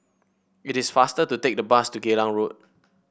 it is faster to take the bus to Geylang Road